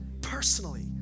personally